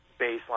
baseline